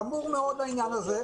חמור מאוד העניין הזה,